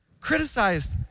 Criticized